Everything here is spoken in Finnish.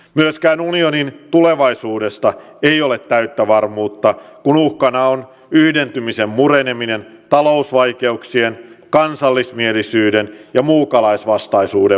myöskään unionin tulevaisuudesta ei ole täyttä varmuutta kun uhkana on yhdentymisen mureneminen talousvaikeuksien kansallismielisyyden ja muukalaisvastaisuuden vuoksi